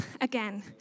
again